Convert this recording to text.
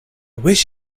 wish